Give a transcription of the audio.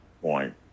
point